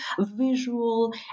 visual